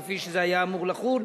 כפי שהיה אמור לחול,